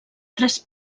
tres